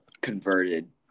converted